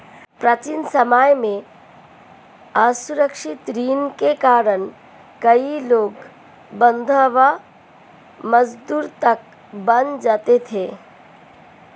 प्राचीन समय में असुरक्षित ऋण के कारण कई लोग बंधवा मजदूर तक बन जाते थे